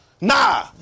Nah